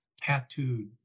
tattooed